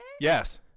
Yes